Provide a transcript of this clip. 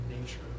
nature